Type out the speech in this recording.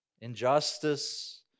injustice